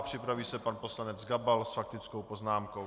Připraví se pan poslanec Gabal s faktickou poznámkou.